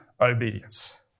obedience